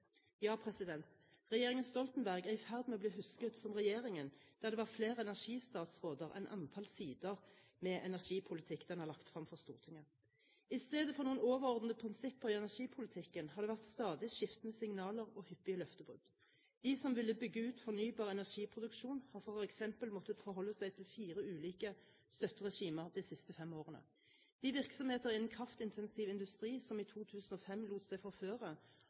Ja, regjeringen Stoltenberg er i ferd med å bli husket som regjeringen der det var flere energistatsråder enn antall sider med energipolitikk den har lagt frem for Stortinget. I stedet for noen overordnede prinsipper i energipolitikken har det vært stadig skiftende signaler og hyppige løftebrudd. De som ville bygge ut ny fornybar energiproduksjon, har f.eks. måttet forholde seg til fire ulike støtteregimer de siste fem årene. De virksomheter innen kraftintensiv industri som i 2005 lot seg